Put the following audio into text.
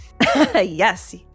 Yes